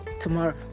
tomorrow